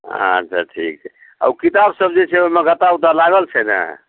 अच्छा ठीक छै आ ओ किताब सब जे छै ओहिमे गत्ता ओत्ता लागल छै ने